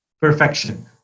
perfection